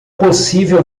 possível